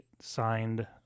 signed